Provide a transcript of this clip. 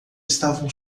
estavam